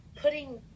putting